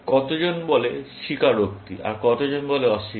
কতজন বলে স্বীকারোক্তি আর কতজন বলে অস্বীকার